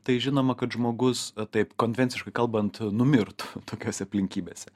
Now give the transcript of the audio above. tai žinoma kad žmogus taip konvenciškai kalbant numirtų tokiose aplinkybėse